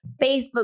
facebook